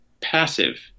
passive